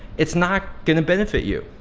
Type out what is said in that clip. it's not gonna benefit you.